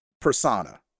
persona